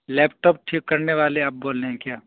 لیپ top ٹھیک کرنے والے آپ بول رہے ہیں کیا